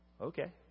okay